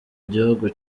gihugu